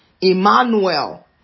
Emmanuel